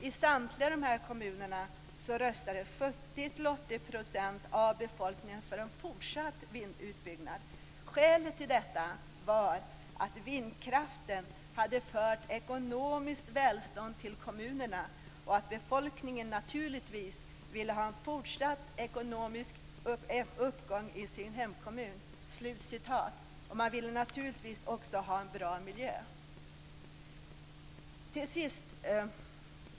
I samtliga dessa kommuner röstade 70-80 % av befolkningen för en fortsatt vindkraftsutbyggnad. Skälet till detta var att vindkraften hade fört ekonomiskt välstånd till kommunerna och att befolkningen naturligtvis ville ha en fortsatt ekonomisk uppgång i sina hemkommuner, menar Dan Persson. Man ville naturligtvis också ha en bra miljö.